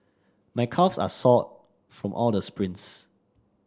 my calves are sore from all the sprints